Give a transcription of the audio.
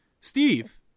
Steve